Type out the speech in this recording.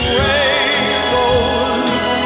rainbows